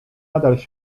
nadal